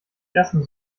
ersten